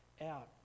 out